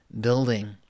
building